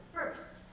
First